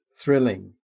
thrilling